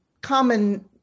common